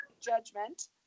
judgment